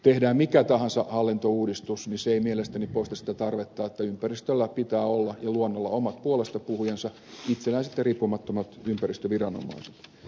tehdään mikä tahansa hallintouudistus se ei mielestäni poista sitä tarvetta että ympäristöllä ja luonnolla pitää olla omat puolestapuhujansa itsenäiset ja riippumattomat ympäristöviranomaiset